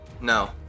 No